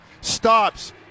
stops